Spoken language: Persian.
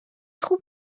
خوب